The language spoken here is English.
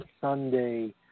Sunday